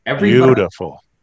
Beautiful